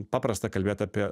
paprasta kalbėt apie